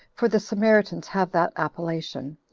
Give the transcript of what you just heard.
for the samaritans have that appellation,